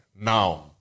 Now